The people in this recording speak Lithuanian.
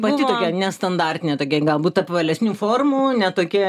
pati tokia nestandartinė tokia galbūt apvalesnių formų ne tokia